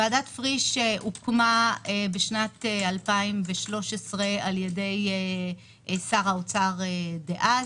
ועדת פריש הוקמה בשנת 2013 על-ידי שר האוצר דאז,